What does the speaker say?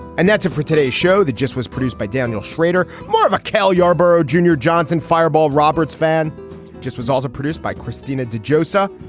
and that's it for today's show that just was produced by daniel schrader. more of a cale yarborough junior johnson fireball roberts fan just was also produced by christina de josiah.